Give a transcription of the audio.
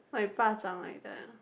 like ba-zhang like that